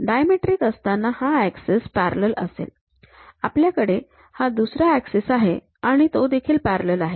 dimetric असताना हा axis parallel असेल आपल्याकडे हा दुसरं ऍक्सिसआहे आणि तो देखील पॅरलल आहे